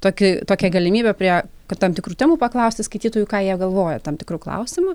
tokį tokią galimybę prie kad tam tikrų temų paklausti skaitytojų ką jie galvoja tam tikru klausimu